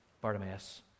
Bartimaeus